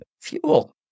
fuel